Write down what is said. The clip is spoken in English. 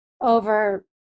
over